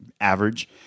average